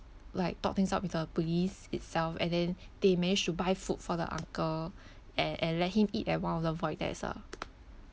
like talk things out with the police itself and then they managed to buy food for the uncle and and let him eat at one of the void decks ah